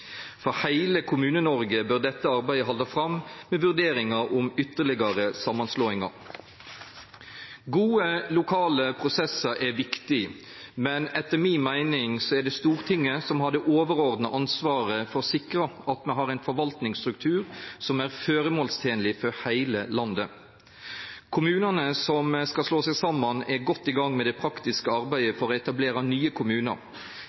For heile Kommune-Noreg bør dette arbeidet halda fram med vurderingar om ytterlegare samanslåingar. Gode lokale prosessar er viktig, men det er etter mi meining Stortinget som har det overordna ansvaret for å sikra at me har ein forvaltningsstruktur som er føremålstenleg for heile landet. Kommunane som skal slå seg saman, er godt i gang med det praktiske arbeidet for å etablera nye kommunar.